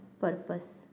purpose